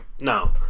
no